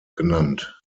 genannt